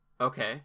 Okay